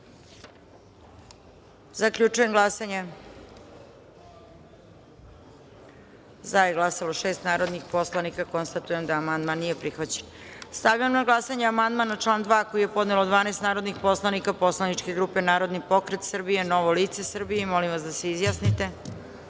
izjasnite. Zaključujem glasanje: za je 13 narodnih poslanika. Konstatujem da amandman nije prihvaćen. Stavljam na glasanje amandman na član 3. koji je podnelo 12 narodnih poslanika poslaničke grupe Narodni pokret Srbije – Novo lice Srbije. Molim vas da se